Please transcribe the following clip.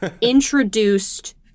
introduced